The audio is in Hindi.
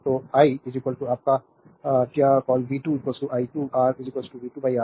तो आई आपका क्या call v2 i2 R v2 R